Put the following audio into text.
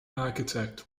architect